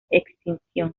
extinción